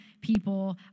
people